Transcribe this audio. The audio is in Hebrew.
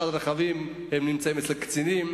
ושאר הרכבים נמצאים אצל קצינים,